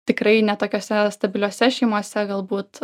tikrai ne tokiose stabiliose šeimose galbūt